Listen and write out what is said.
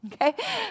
okay